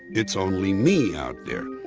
it's only me out there.